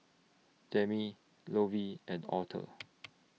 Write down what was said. Demi Lovey and Arthur